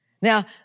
Now